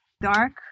dark